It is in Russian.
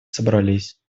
собрались